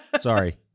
Sorry